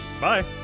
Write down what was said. Bye